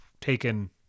taken